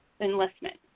enlistment